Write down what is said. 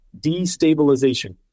destabilization